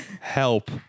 Help